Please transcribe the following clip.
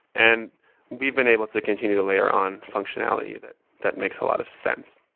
and we've been able to continue to layer on functionality that that makes a lot of sense.